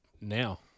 now